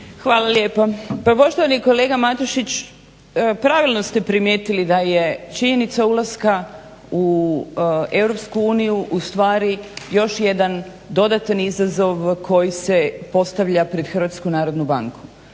Hvala lijepa. Pa poštovani kolega Matušić, pravilno ste primijetili da je činjenica ulaska u Europsku uniju ustvari još jedan dodatni izazov koji se postavlja pred HNB. Kada